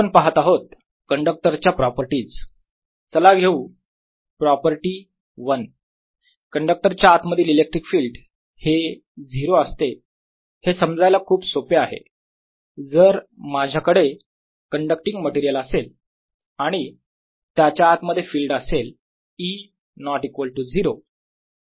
आपण पाहत आहोत कंडक्टरच्या प्रॉपर्टीज चला घेऊयात प्रॉपर्टी 1 कंडक्टर च्या आत मधील इलेक्ट्रिक फील्ड हे 0 असते हे समजायला खूप सोपे आहे जर माझ्याकडे कण्डक्टींग मटेरियल असेल आणि त्याच्या आत मध्ये फिल्ड असेल E ≠ 0